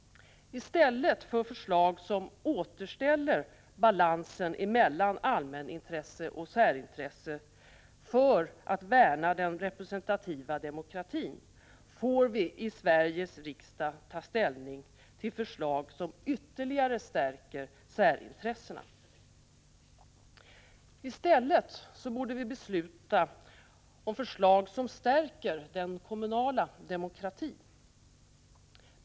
I stället för ett förslag som återställer balansen mellan allmänintresset och särintresset, för att värna den representativa demokratin, får vi i Sveriges riksdag ta ställning till ett förslag som ytterligare stärker särintressena. Vi borde i stället besluta om ett förslag som stärker den kommunala demokratin.